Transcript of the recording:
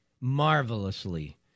marvelously